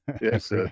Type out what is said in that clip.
yes